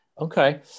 okay